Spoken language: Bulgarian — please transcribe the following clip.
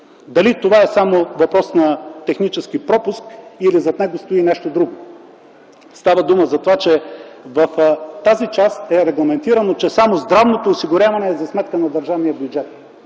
дали това е само въпрос на технически пропуск, или зад него стои нещо друго? Става дума за това: в тази част е регламентирано, че само здравното осигуряване е за сметка на държавния бюджет,